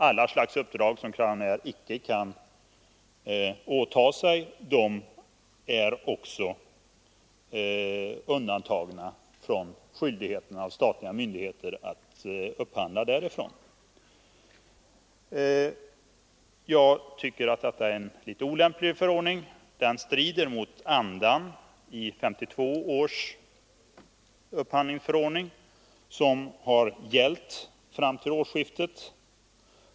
Alla slags uppdrag som Crownair inte kan åta sig är undantagna från skyldigheten för statliga myndigheter att anlita bolaget. Jag tycker att detta är en olämplig förordning. Den strider mot andan i 1952 års upphandlingsförordning, som har gällt fram till årsskiftet.